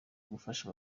gufasha